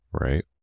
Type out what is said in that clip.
right